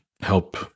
help